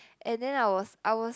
and then I was I was